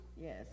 Yes